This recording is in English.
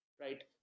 Right